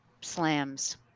slams